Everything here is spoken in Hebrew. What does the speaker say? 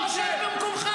בוא שב במקומך.